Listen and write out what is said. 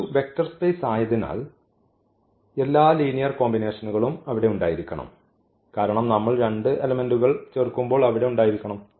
ഇത് ഒരു vector space ആയതിനാൽ എല്ലാ ലീനിയർ കോമ്പിനേഷനുകളും അവിടെ ഉണ്ടായിരിക്കണം കാരണം നമ്മൾ രണ്ട് ഘടകങ്ങൾ ചേർക്കുമ്പോൾ അവിടെ ഉണ്ടായിരിക്കണം